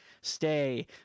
Stay